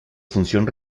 función